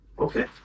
Okay